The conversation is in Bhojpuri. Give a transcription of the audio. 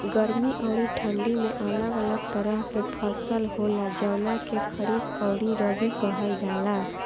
गर्मी अउरी ठंडी में अलग अलग तरह के फसल होला, जवना के खरीफ अउरी रबी कहल जला